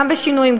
גם בשינויים,